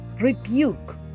rebuke